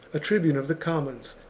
a tribune of the commons,